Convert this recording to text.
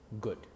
good